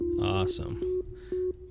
Awesome